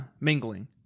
Mingling